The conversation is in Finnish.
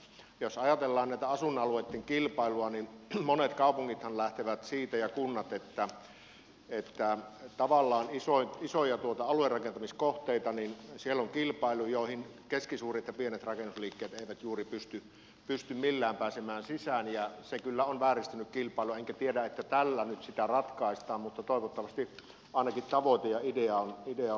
jos ajatellaan näitä asuinalueitten kilpailuja niin monet kaupungit ja kunnathan lähtevät siitä että tavallaan isoista aluerakentamiskohteista on kilpailu johon keskisuuret ja pienet rakennusliikkeet eivät juuri pysty millään pääsemään sisään ja se kyllä on vääristänyt kilpailua enkä tiedä että tällä nyt sitä ratkaistaan mutta toivottavasti ainakin tavoite ja idea ovat ihan hyviä